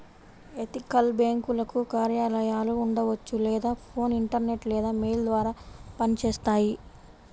ethical బ్యేంకులకు కార్యాలయాలు ఉండవచ్చు లేదా ఫోన్, ఇంటర్నెట్ లేదా మెయిల్ ద్వారా పనిచేస్తాయి